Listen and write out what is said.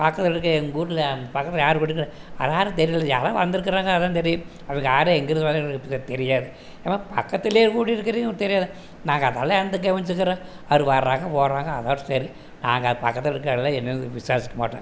பக்கத்தில் இருக்க எங்கள் ஊரில் பக்கத்தில் யார் குடியிருந்தாலும் அது யாருன்னு தெரியலை யாரோ வந்துருக்கிறாங்க அதுதான் தெரியும் அதுக்கு யாரு எங்கிருந்து வராங்க எங்களுக்கு தெரியாது ஏம்மா பக்கத்திலே குடியிருக்கிறீங்க உங்களுக்கு தெரியாதா நாங்கள் அதெல்லாம் என்னத்தை கவனிச்சுக்கிறோம் அவர் வராங்க போகிறாங்க அதோடு சரி நாங்கள் அது பக்கத்தில் இருக்காங்களா என்னெனு விசாரிச்சுக்க மாட்டோம்